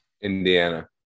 Indiana